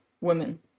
women